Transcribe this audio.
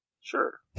Sure